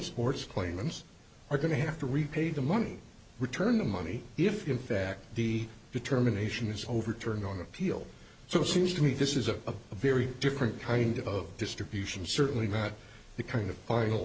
orts claimants are going to have to repay the money return the money if in fact the determination is overturned on appeal so seems to me this is a very different kind of distribution certainly not the kind of final